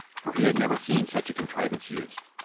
for he had never seen such a contrivance used.